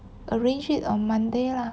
arrange it on monday lah